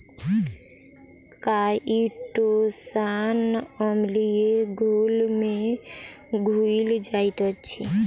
chitosan अम्लीय घोल में घुइल जाइत अछि